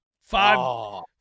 Five